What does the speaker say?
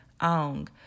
Ang